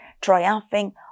triumphing